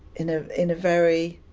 in ah in a very